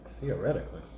Theoretically